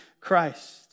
Christ